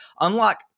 Unlock